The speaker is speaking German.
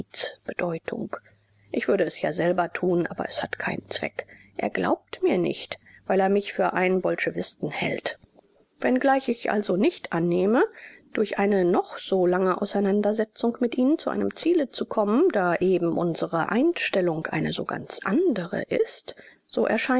bedeutung ich würde es ja selber tun aber es hat keinen zweck er glaubt mir nicht weil er mich für einen bolschewisten hält wenngleich ich also nicht annehme durch eine noch so lange auseinandersetzung mit ihnen zu einem ziele zu kommen da eben unsere einstellung eine so ganz andere ist so